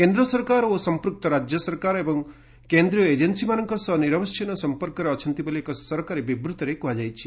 କେନ୍ଦ୍ର ସରକାର ଓ ସମ୍ପୃକ୍ତ ରାଜ୍ୟ ସରକାର ଓ କେନ୍ଦ୍ରୀୟ ଏଜେନ୍ସିମାନଙ୍କ ସହି ନିରବଚ୍ଛିନ୍ନ ସମ୍ପର୍କରେ ଅଛନ୍ତି ବୋଲି ଏକ ସରକାରୀ ବିବୂତ୍ତିରେ କୁହାଯାଇଛି